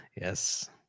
Yes